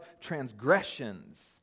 transgressions